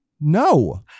no